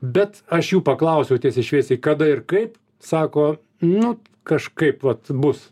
bet aš jų paklausiau tiesiai šviesiai kada ir kaip sako nu kažkaip vat bus